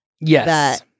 Yes